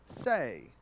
say